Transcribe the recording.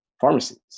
pharmacies